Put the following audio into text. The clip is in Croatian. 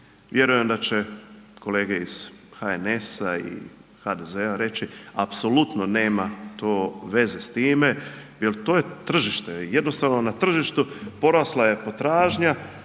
Vjerujem da će kolege iz HNS-a i HDZ-a reći, apsolutno nema to veze s time jer to je tržište, jednostavno na tržištu porasla je potražno,